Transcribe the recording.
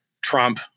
Trump